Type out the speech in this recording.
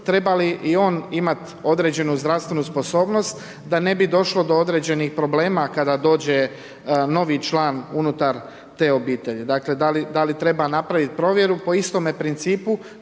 treba li i on imati određenu zdravstvenu sposobnost, da ne bi došlo do određenih problema, kada dođe novi član unutar te obitelji. Dakle, da li treba napraviti provjeru po istome principu,